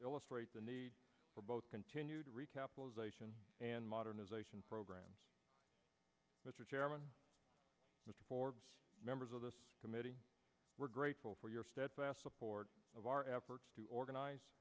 illustrate the need for both continued recapitalization and modernization program mr chairman and members of the committee were grateful for your steadfast support of our efforts to organize